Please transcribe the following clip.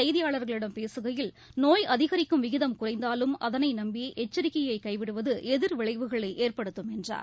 செய்தியாளர்களிடம் பேசுகையில் நோய் அதிகரிக்கும் விகிதம் பின்னா் குறைந்தாலும் அதனைநம்பிஎச்சரிக்கையைகவிடுவதுஎதிர்விளைவுகளைஏற்படுத்தும் என்றார்